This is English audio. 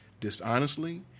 dishonestly